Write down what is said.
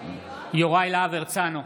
יוראי להב הרצנו,